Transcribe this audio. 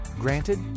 Granted